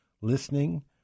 listening